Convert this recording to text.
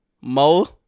mo